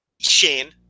Shane